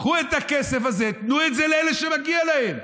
קחו את הכסף הזה, תנו את זה לאלה שמגיע להם.